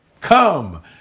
come